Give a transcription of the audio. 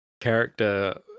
character